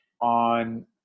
on